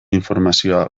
informazioa